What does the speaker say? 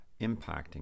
impacting